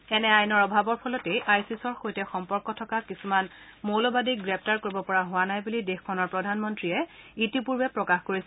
এনে আইনৰ অভাৱৰ ফলতেই আইছিছৰ সৈতে সম্পৰ্ক থকা কিছুমান মৌলবাদীক গ্ৰেপ্তাৰ কৰিব পৰা হোৱা নাই বুলি দেশখনৰ প্ৰধানমন্ত্ৰীয়ে ইতিপূৰ্বে প্ৰকাশ কৰিছিল